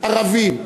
ערבים,